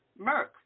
Merck